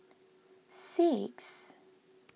six